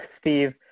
Steve